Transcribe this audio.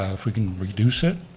ah if we could reduce it?